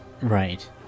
Right